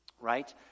right